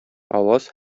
аваз